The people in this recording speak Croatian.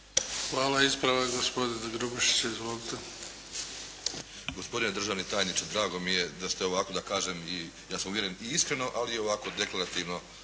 Hvala. Ispravak, gospodine Grubišić. Izvolite.